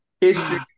history